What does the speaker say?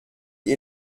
die